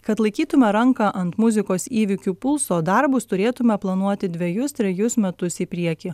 kad laikytume ranką ant muzikos įvykių pulso darbus turėtume planuoti dvejus trejus metus į priekį